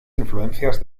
influencias